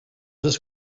just